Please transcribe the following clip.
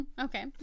Okay